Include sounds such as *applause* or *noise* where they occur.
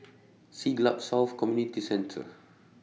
Siglap South Community Dee Centre *noise*